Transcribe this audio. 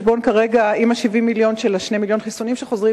עם 70 המיליון של 2 מיליוני החיסונים שחוזרים,